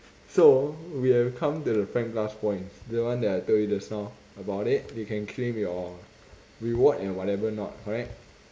so we have come to the frank plus points that one that I told you just now about it you can claim your reward and whatever not correct